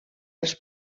dels